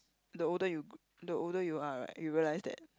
the older you gr~ the older you are right you realise that